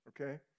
Okay